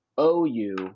OU